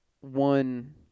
one